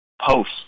post